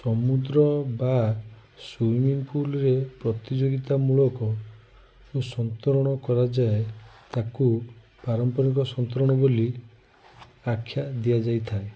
ସମୁଦ୍ର ବା ସ୍ୱିମିଂ ପୁଲ୍ରେ ପ୍ରତିଯୋଗିତା ମୂଳକ ଯେଉଁ ସନ୍ତରଣ କରାଯାଏ ତାକୁ ପାରମ୍ପରିକ ସନ୍ତରଣ ବୋଲି ଆକ୍ଷା ଦିଆଯାଇ ଥାଏ